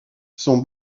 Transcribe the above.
son